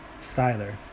Styler